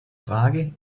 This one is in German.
frage